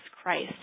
Christ